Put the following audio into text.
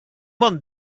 bon